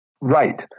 Right